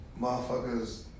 motherfuckers